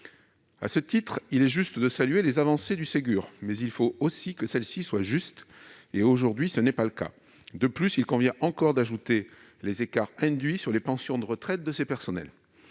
négligeable. Il est juste de saluer les avancées du Ségur, mais encore faut-il que celles-ci soient justes. Or, aujourd'hui, ce n'est pas le cas. De plus, il convient d'ajouter les écarts induits sur les pensions de retraite de ces personnels.